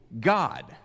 God